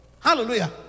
Hallelujah